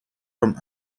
from